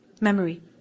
memory